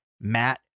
Matt